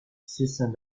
assistant